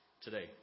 today